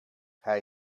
hij